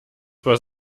was